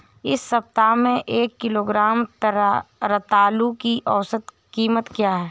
इस सप्ताह में एक किलोग्राम रतालू की औसत कीमत क्या है?